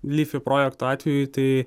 lifti projekto atveju tai